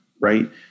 right